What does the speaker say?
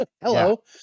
Hello